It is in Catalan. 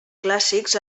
clàssics